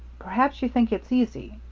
perhaps you think it's easy.